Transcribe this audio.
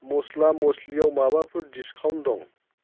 मस्ला मस्लिआव माबाफोर डिसकाउन्ट दं